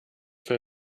für